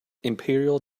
imperial